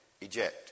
eject